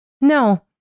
no